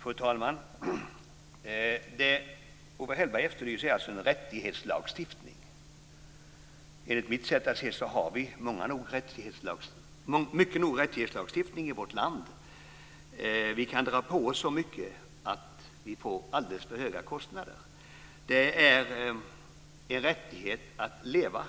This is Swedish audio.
Fru talman! Det Owe Hellberg efterlyser är alltså en rättighetslagstiftning. Enligt mitt sätt att se det har vi tillräckligt mycket rättighetslagstiftning i vårt land. Vi kan dra på oss så mycket att vi får alldeles för höga kostnader. Det är en rättighet att leva,